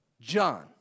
John